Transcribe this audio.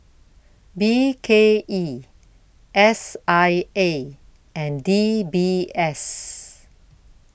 B K E S I A and D B S